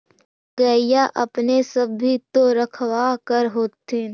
गईया अपने सब भी तो रखबा कर होत्थिन?